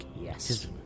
yes